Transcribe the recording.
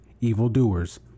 evildoers